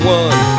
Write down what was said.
one